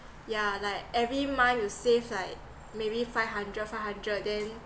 yeah like every month you save like maybe five hundred five hundred then